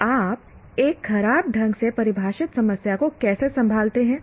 तो आप एक खराब ढंग से परिभाषित समस्या को कैसे संभालते हैं